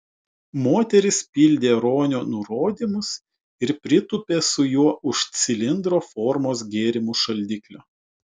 moteris pildė ronio nurodymus ir pritūpė su juo už cilindro formos gėrimų šaldiklio